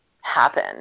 happen